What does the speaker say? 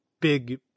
big